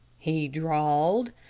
he drawled,